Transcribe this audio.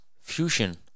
Fusion